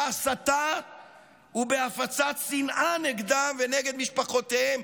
בהסתה ובהפצת שנאה נגדם ונגד משפחותיהם.